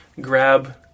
grab